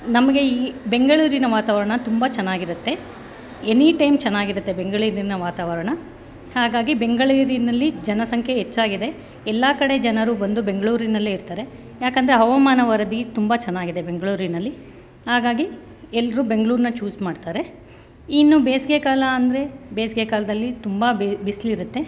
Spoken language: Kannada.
ನಮಗೆ ಈ ಬೆಂಗಳೂರಿನ ವಾತಾವರಣ ತುಂಬ ಚೆನ್ನಾಗಿರುತ್ತೆ ಎನಿ ಟೈಮ್ ಚೆನ್ನಾಗಿರುತ್ತೆ ಬೆಂಗಳೂರಿನ ವಾತಾವರಣ ಹಾಗಾಗಿ ಬೆಂಗಳೂರಿನಲ್ಲಿ ಜನಸಂಖ್ಯೆ ಎಚ್ಚಾಗಿದೆ ಎಲ್ಲ ಕಡೆ ಜನರು ಬಂದು ಬೆಂಗಳೂರಿನಲ್ಲೇ ಇರ್ತಾರೆ ಏಕೆಂದ್ರೆ ಹವಾಮಾನ ವರದಿ ತುಂಬ ಚೆನ್ನಾಗಿದೆ ಬೆಂಗಳೂರಿನಲ್ಲಿ ಹಾಗಾಗಿ ಎಲ್ಲರೂ ಬೆಂಗಳೂರನ್ನ ಚೂಸ್ ಮಾಡ್ತಾರೆ ಇನ್ನೂ ಬೇಸಿಗೆ ಕಾಲ ಅಂದರೆ ಬೇಸಿಗೆ ಕಾಲದಲ್ಲಿ ತುಂಬ ಬೆ ಬಿಸಿಲಿರುತ್ತೆ